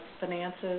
finances